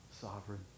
sovereign